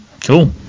Cool